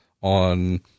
on